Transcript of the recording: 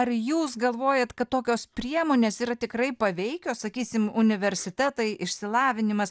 ar jūs galvojat kad tokios priemonės yra tikrai paveikios sakysim universitetai išsilavinimas